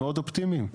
מאוד אופטימיים.